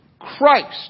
Christ